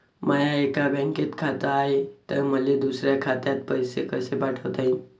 माय एका बँकेत खात हाय, त मले दुसऱ्या खात्यात पैसे कसे पाठवता येईन?